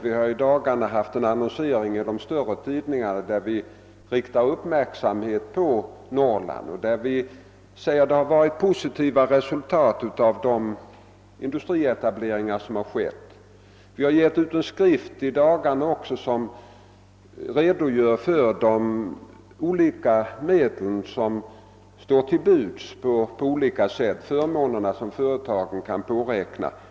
I dagarna har vi haft annonser i de stora tidningarna, där vi riktat uppmärksamheten på Norrland och framhållit att resultaten av de industrietableringar som skett har varit positiva. Vi har också helt nyligen givit ut en skrift med redogörelser för de olika medel som står till buds och de förmåner som företagen kan påräkna.